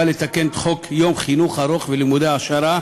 לתקן את חוק יום חינוך ארוך ולימודי העשרה,